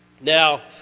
Now